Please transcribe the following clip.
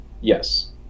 Yes